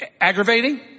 Aggravating